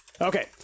okay